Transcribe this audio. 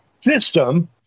system